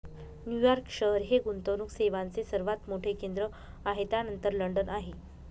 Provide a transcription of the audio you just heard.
New York शहर हे गुंतवणूक सेवांचे सर्वात मोठे केंद्र आहे त्यानंतर लंडन आहे